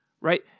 right